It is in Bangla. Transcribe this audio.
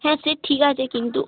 হ্যাঁ সে ঠিক আছে কিন্তু